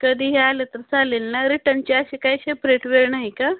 कधीही आले तर चालेल ना रिटर्नची अशी काही शेपरेट वेळ नाही का